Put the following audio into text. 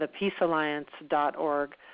thepeacealliance.org